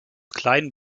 kleinen